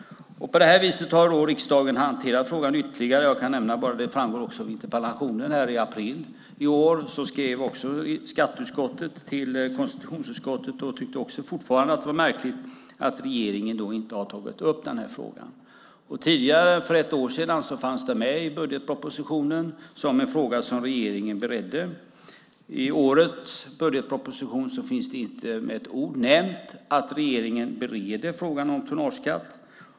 På det här viset har riksdagen hanterat frågan ytterligare. Jag kan nämna - det framgår också av interpellationen - att i april i år skrev skatteutskottet till konstitutionsutskottet och tyckte fortfarande att det var märkligt att regeringen inte har tagit upp den här frågan. För ett år sedan fanns den med i budgetpropositionen som en fråga som regeringen beredde. I årets budgetproposition finns det inte med ett ord nämnt att regeringen bereder frågan om tonnageskatt.